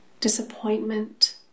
disappointment